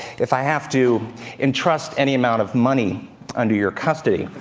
if i have to entrust any amount of money under your custody.